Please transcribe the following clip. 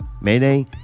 Mayday